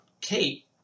Kate